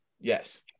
Yes